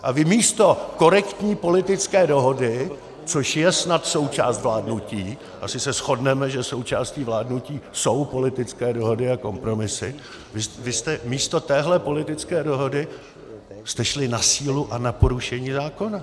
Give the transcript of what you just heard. A vy místo korektní politické dohody, což je snad součást vládnutí asi se shodneme, že součástí vládnutí jsou politické dohody a kompromisy vy jste místo téhle politické dohody šli na sílu a na porušení zákona.